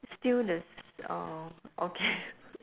still the s~ orh okay